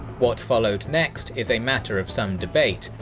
what followed next is a matter of some debate,